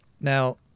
Now